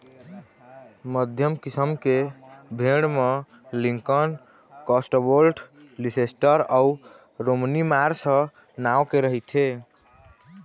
मध्यम किसम के भेड़ म लिंकन, कौस्टवोल्ड, लीसेस्टर अउ रोमनी मार्स नांव के रहिथे